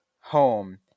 home